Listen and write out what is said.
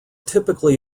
typically